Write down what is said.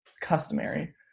customary